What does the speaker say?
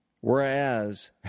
Whereas